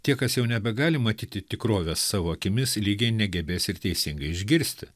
tie kas jau nebegali matyti tikrovės savo akimis lygiai negebės ir teisingai išgirsti